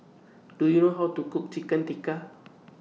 Do YOU know How to Cook Chicken Tikka